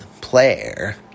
player